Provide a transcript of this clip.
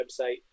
website